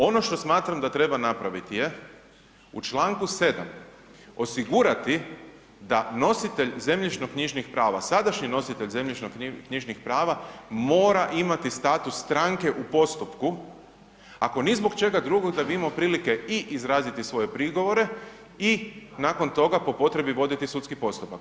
Ono što smatram da treba napraviti je u članku 7. osigurati da nositelj zemljišnoknjižnih prava, sadašnji nositelj zemljišnoknjižnih prava mora imati status stranke u postupku, ako ni zbog čega drugog da bi imao prilike i izraziti svoje prigovore i nakon toga po potrebi voditi sudski postupak.